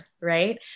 right